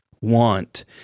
want